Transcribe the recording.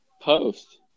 Post